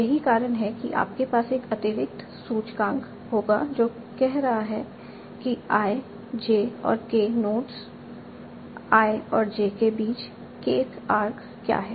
यही कारण है कि आपके पास एक अतिरिक्त सूचकांक होगा जो कह रहा है कि i j और k नोड्स i और j के बीच kth आर्क क्या है